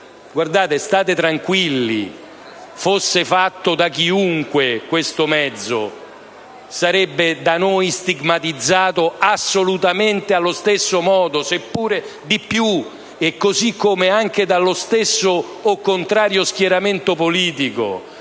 State tranquilli: fosse fatto da chiunque questo mezzo sarebbe da noi stigmatizzato assolutamente allo stesso modo, seppure di più, così pure se fosse sostenuto dallo stesso o contrario schieramento politico.